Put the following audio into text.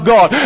God